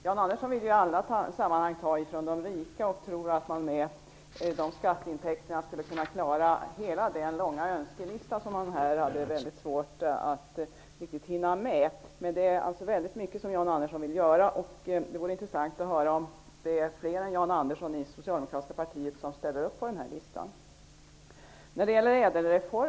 Jan Andersson vill i alla sammanhang ta ifrån de rika och tror att man med de skatteintäkterna skulle kunna klara av hela den långa önskelista som han hade svårt att riktigt hinna med här. Det är alltså väldigt mycket som Jan Andersson vill göra, och det vore intressant att höra om det är fler i det socialdemokratiska partiet som ställer upp på den listan.